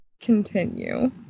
Continue